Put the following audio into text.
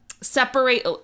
Separate